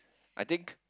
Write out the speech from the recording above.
I think